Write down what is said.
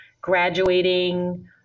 graduating